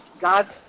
God